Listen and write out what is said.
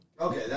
Okay